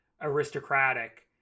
aristocratic